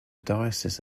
diocese